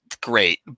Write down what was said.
great